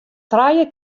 trije